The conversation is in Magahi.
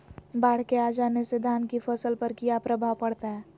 बाढ़ के आ जाने से धान की फसल पर किया प्रभाव पड़ता है?